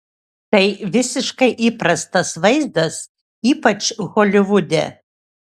tai visiškai įprastas vaizdas ypač holivude